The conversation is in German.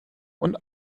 und